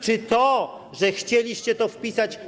Czy to, że chcieliście to wpisać.